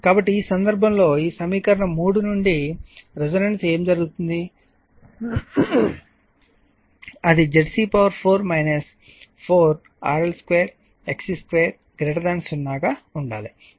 కాబట్టి ఈ సందర్భంలో ఈ సమీకరణం 3 నుండి రెసోనెన్సు ఏమి జరుగుతుందో అది ZC4 4 RL2 XC2 0 గా ఉండాలి ఎందుకంటే ఇది 2 √